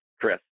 Chris